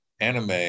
anime